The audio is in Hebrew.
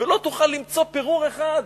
ולא תוכל למצוא פירור אחד.